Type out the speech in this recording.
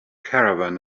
caravan